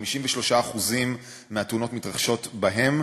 ש-53% מהתאונות מתרחשות בהם,